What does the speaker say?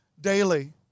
daily